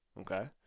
okay